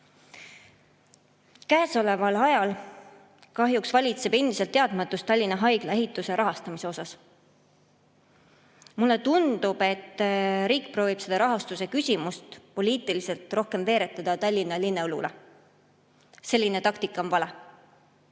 Käesoleval ajal kahjuks valitseb endiselt teadmatus Tallinna Haigla ehituse rahastamise küsimuses. Mulle tundub, et riik proovib seda rahastuse küsimust poliitiliselt rohkem veeretada Tallinna linna õlule. Selline taktika on vale.